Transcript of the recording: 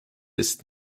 ist